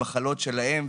למחלות שלהם.